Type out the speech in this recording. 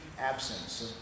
absence